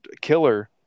killer